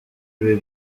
ibi